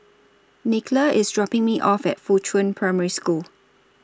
Nicola IS dropping Me off At Fuchun Primary School